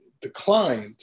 declined